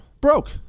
broke